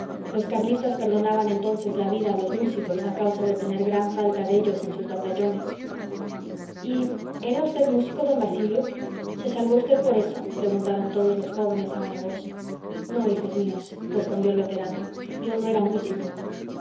los carlistas perdonaban entonces la vida a los músicos a causa de tener gran falta de ellos en sus batallones y era v músico d basilio se salvó v por eso preguntaron todos los jóvenes a una voz no hijos míos respondió el veterano yo no era músico